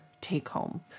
take-home